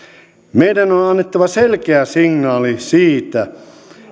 meidän on on annettava selkeä signaali siitä